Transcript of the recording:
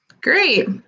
Great